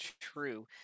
true